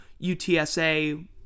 UTSA